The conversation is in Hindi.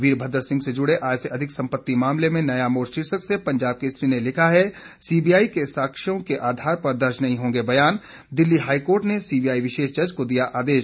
वीरभद्र सिंह से जुड़े आय से अधिक संपत्ति मामले में नया मोड़ शीर्षक से पंजाब केसरी ने लिखा है सीबीआई के साक्ष्यों के आधर पर दर्ज नहीं होंगे बयान दिल्ली हाईकोर्ट ने सीबीआई विशेष जज को दिया आदेश